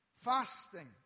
fasting